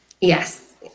yes